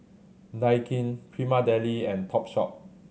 Daikin Prima Deli and Topshop